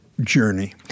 journey